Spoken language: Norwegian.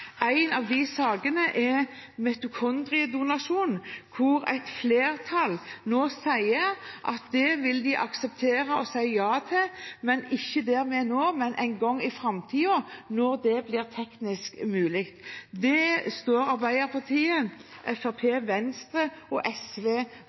En av de sakene er mitokondriedonasjon, der et flertall nå sier at det vil de akseptere og si ja til – ikke der vi er nå, men en gang i framtiden, når det blir teknisk mulig. Det står et flertall bestående av Arbeiderpartiet,